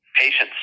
Patience